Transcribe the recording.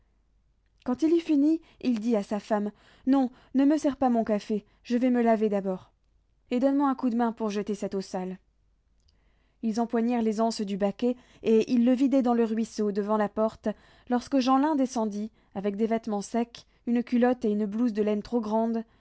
quand il eut fini il dit à sa femme non ne me sers pas mon café je vais me laver d'abord et donne-moi un coup de main pour jeter cette eau sale ils empoignèrent les anses du baquet et ils le vidaient dans le ruisseau devant la porte lorsque jeanlin descendit avec des vêtements secs une culotte et une blouse de laine trop grandes